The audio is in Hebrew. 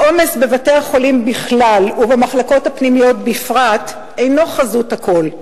העומס בבתי-החולים בכלל ובמחלקות הפנימיות בפרט אינו חזות הכול.